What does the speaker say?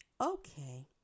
okay